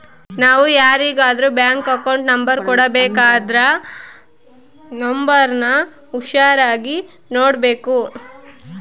ನಾವು ಯಾರಿಗಾದ್ರೂ bank account number ಕೊಡಬೇಕಂದ್ರ ನೋಂಬರ್ನ ಹುಷಾರಾಗಿ ನೋಡ್ಬೇಕು